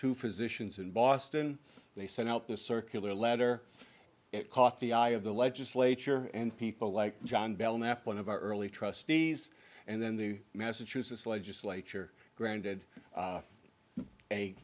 two physicians in boston they sent out the circular letter it caught the eye of the legislature and people like john belknap one of our early trustees and then the massachusetts legislature granted a